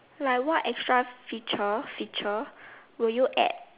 like what extra feature feature would you add